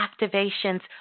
activations